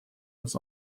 was